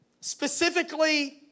Specifically